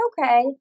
okay